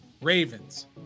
Ravens